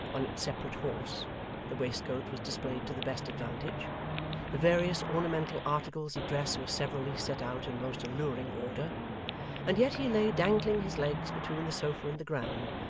on its separate horse the waistcoat was displayed to the best advantage the various ornamental articles of dress were severally set out in most alluring order and yet he lay dangling his legs between the sofa and the ground,